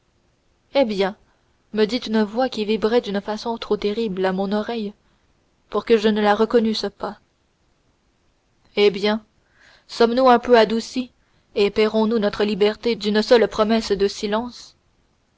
eh bien me dit une voix qui vibrait d'une façon trop terrible à mon oreille pour que je ne la reconnusse pas eh bien sommes-nous un peu adoucie et paierons nous notre liberté d'une seule promesse de silence